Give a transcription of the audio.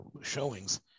showings